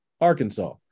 Arkansas